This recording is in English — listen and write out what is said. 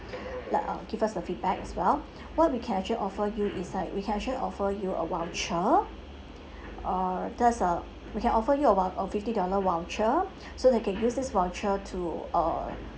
like uh give us the feedback as well what we can actually offer you is that we can actually offer you a voucher uh that's a we can offer you a vou~ a fifty dollar voucher so that you can use this voucher to uh